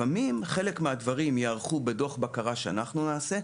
לפעמים חלק מהדברים ייערכו בדוח בקרה שאנחנו נעשה,